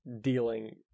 dealing